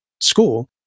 school